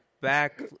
back